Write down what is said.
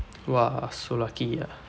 !wow! so lucky ah